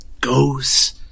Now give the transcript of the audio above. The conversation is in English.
goes